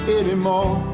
anymore